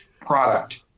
product